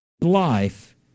life